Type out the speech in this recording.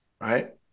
Right